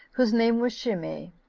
whose name was shimei,